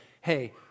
Hey